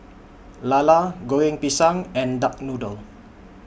Lala Goreng Pisang and Duck Noodle